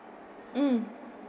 mm